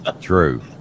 True